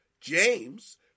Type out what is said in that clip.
James